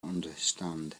understand